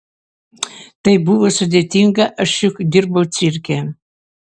tai buvo sudėtinga aš juk dirbau cirke